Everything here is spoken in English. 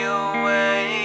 away